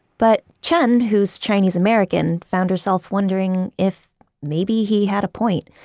but chen, who's chinese american, found herself wondering if maybe he had a point,